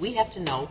we have to know